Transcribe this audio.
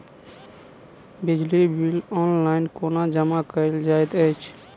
बिजली bill online कोना जमा कएल जाइत अछि?